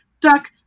duck